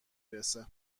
رسه